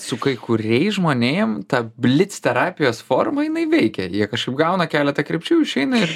su kai kuriais žmonėm ta blic terapijos forma jinai veikia jie kažkaip gauna keletą krypčių išeina ir